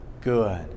good